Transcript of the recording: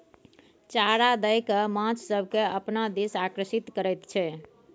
चारा दए कय माछ सभकेँ अपना दिस आकर्षित करैत छै